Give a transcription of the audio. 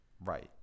right